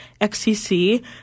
XCC